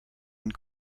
and